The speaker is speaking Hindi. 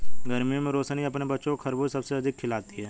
गर्मियों में रोशनी अपने बच्चों को खरबूज सबसे अधिक खिलाती हैं